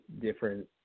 different